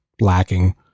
lacking